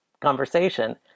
conversation